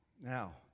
Now